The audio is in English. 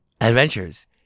adventures